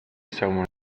someone